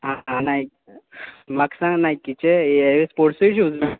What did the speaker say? आ आ नायक म्हाका सांग नायकीचे ये स्पोट्सूय शूज